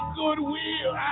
goodwill